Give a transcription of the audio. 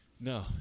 No